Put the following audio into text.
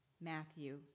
Matthew